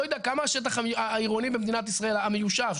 לא יודע כמה השטח העירוני במדינת ישראל המיושב,